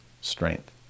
strength